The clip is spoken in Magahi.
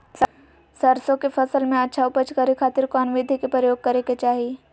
सरसों के फसल में अच्छा उपज करे खातिर कौन विधि के प्रयोग करे के चाही?